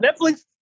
Netflix